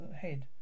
head